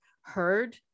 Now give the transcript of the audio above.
heard